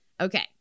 Okay